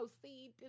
proceed